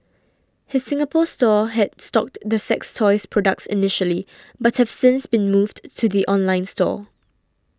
his Singapore store had stocked the sex toys products initially but have since been moved to the online store